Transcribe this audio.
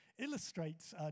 illustrates